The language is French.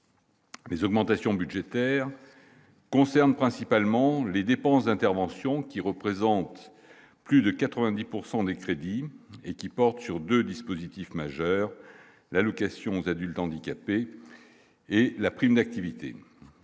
Les augmentations budgétaires concernent principalement les dépenses d'intervention qui représente plus de 90 pourcent des crédits et qui porte sur 2 dispositifs majeurs : la location aux adultes handicapés et la prime d'activité,